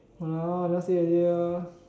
!walao! last year already lor